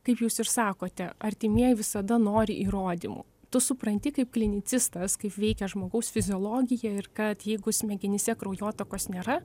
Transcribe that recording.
kaip jūs ir sakote artimieji visada nori įrodymų tu supranti kaip klinicistas kaip veikia žmogaus fiziologija ir kad jeigu smegenyse kraujotakos nėra